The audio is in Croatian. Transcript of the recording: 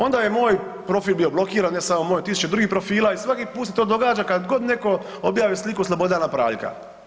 Onda je moj profil bio blokiran, ne samo moj tisuću drugih profila i svaki put se to događa kad god neko objavi sliku Slobodana Praljka.